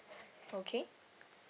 okay